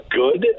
good